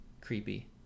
creepy